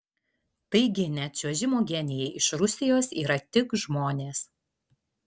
taigi net čiuožimo genijai iš rusijos yra tik žmonės